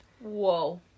whoa